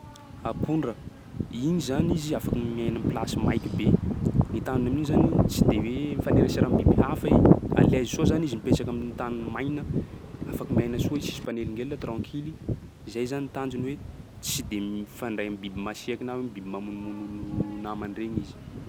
Ampondra, igny zany izy afaky miaina am'plasy maiky be. Ny tandrony amin'iny zany tsy de hoe mifanerasera am'biby hafa i. A l'aise soa zany izy mipetraky amin'ny tany maina, afaky miaina soa i, tsisy mpaneligelina, trankily, zay zany tanjony hoe tsy de mifandray amin'ny biby masieky na am'biby mamonomono olo namany regny izy.